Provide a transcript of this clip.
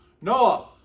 Noah